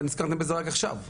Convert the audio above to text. נזכרתם בזה רק עכשיו.